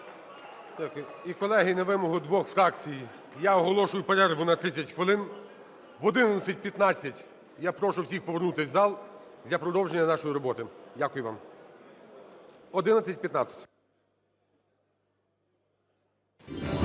І, колеги, на вимогу двох фракцій я оголошую перерву на 30 хвилин. В 11:15 я прошу всіх повернутись у зал для продовження нашої роботи. Дякую вам. 11:15.